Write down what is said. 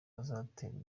azaterwa